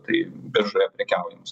tai biržoje prekiaujamus